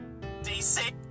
DC